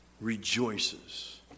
rejoices